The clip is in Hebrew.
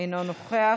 אינו נוכח,